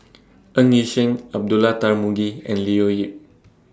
Ng Yi Sheng Abdullah Tarmugi and Leo Yip